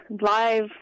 live